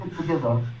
together